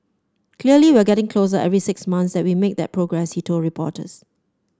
clearly we're getting closer every six months that we make that progress he told reporters